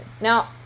Now